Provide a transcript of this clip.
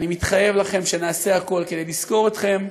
אני מתחייב לכם שנעשה הכול כדי לזכור אתכם,